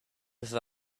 have